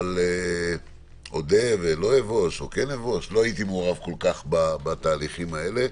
אבל לא הייתי מעורב כל כך בתהליכים האלה.